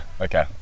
okay